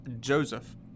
Joseph